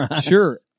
Sure